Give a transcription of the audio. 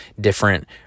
different